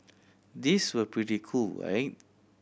these were pretty cool right